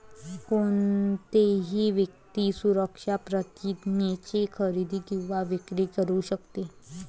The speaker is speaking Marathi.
कोणतीही व्यक्ती सुरक्षा प्रतिज्ञेची खरेदी किंवा विक्री करू शकते